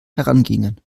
herangingen